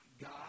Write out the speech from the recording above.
God